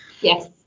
Yes